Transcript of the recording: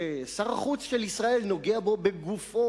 ששר החוץ של ישראל נוגע בו בגופו,